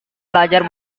belajar